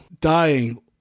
dying